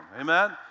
amen